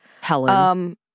Helen